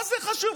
מה זה חשוב?